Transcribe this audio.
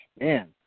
man